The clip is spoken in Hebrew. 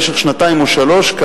במשך שנתיים או שלוש שנים,